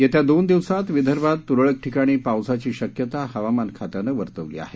येत्या दोन दिवसांत विदर्भात तुरळक ठिकाणी पावसाची शक्यता हवामान खात्यानं वर्तवली आहे